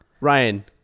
Ryan